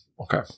Okay